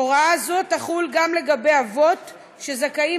הוראה זו תחול גם לגבי אבות שזכאים